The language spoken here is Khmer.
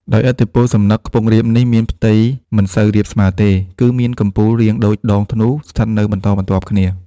ដោយឥទ្ធិពលសំណឹក ខ្ពង់រាបនេះ មានផ្ទៃមិនសូវរាបស្មើ ទេ គឺមានកំពូលរាងដូចដងធ្នូ ស្ថិតនៅបន្តបន្ទាប់គ្នា ។